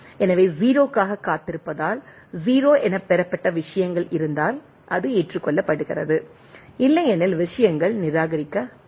எனவே 0 க்காக காத்திருப்பதால் 0 என பெறப்பட்ட விஷயங்கள் இருந்தால் அது ஏற்றுக்கொள்ளப்படுகிறது இல்லையெனில் விஷயங்கள் நிராகரிக்கப்படும்